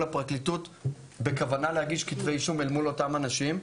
הפרקליטות בכוונה להגיש כתבי אישום אל מול אותם אנשים,